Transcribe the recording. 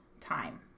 time